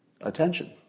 Attention